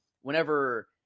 whenever